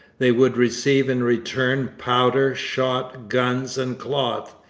they would receive in return powder, shot, guns and cloth.